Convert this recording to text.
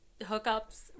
hookups